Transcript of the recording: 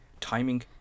timing